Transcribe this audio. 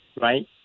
right